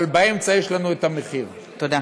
אבל באמצע יש לנו המחיר, תודה.